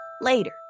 Later